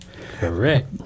Correct